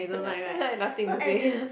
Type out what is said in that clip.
nothing to say